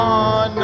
on